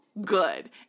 good